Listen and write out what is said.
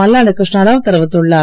மல்லாடி கிருஷ்ணராவ் தெரிவித்துள்ளார்